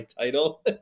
title